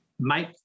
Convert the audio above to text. make